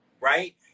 right